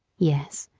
yes,